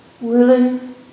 willing